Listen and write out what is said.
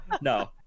no